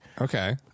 Okay